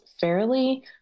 fairly